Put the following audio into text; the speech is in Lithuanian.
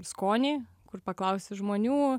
skonį kur paklausi žmonių